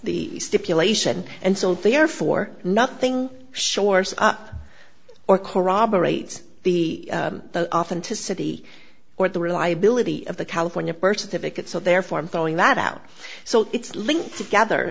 the stipulation and so therefore nothing shores up or corroborate the authenticity or the reliability of the california birth certificate so therefore i'm throwing that out so it's linked together